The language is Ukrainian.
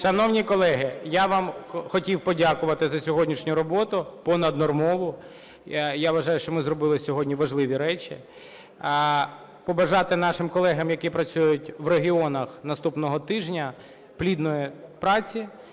Шановні колеги, я вам хотів подякувати за сьогоднішню роботу понаднормову. Я вважаю, що ми зробили сьогодні важливі речі. Побажати нашим колегам, які працюють в регіонах наступного тижня, плідної праці.